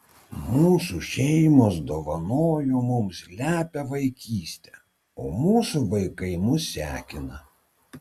mūsų šeimos dovanojo mums lepią vaikystę o mūsų vaikai mus sekina